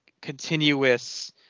continuous